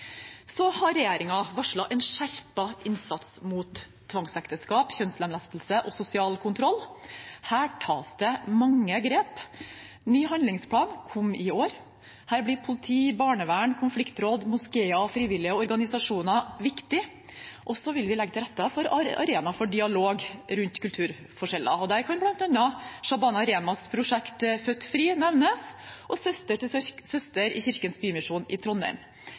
en skjerpet innsats mot tvangsekteskap, kjønnslemlestelse og sosial kontroll. Her tas det mange grep. Ny handlingsplan kom i år. Der blir politi, barnevern, konfliktråd, moskeer og frivillige organisasjoner viktige. Vi vil legge til rette for arenaer for dialog rundt kulturforskjeller, og der kan jeg nevne bl.a. Shabana Rehmans prosjekt Født Fri og Søster til Søster i Kirkens Bymisjon i Trondheim.